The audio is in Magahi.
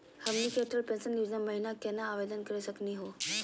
हमनी के अटल पेंसन योजना महिना केना आवेदन करे सकनी हो?